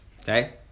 Okay